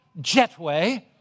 jetway